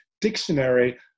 dictionary